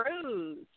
cruise